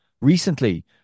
Recently